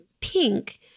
pink